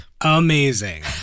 Amazing